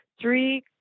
three